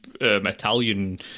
Italian